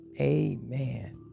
amen